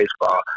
Baseball